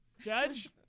Judge